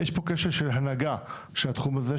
יש פה כשל של הנהגה של התחום הזה,